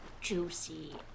juicy